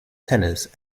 tennis